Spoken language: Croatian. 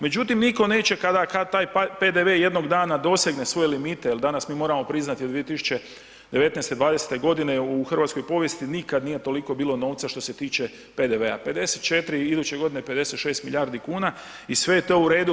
Međutim nitko neće kada taj PDV jednog dana dosegne svoje limite jer danas mi moramo priznati od 2019., '20. godine u hrvatskoj povijesti nikad nije toliko bilo novca što se tiče PDV-a 54 iduće godine 56 milijardi kuna u sve je to u redu.